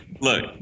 look